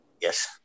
yes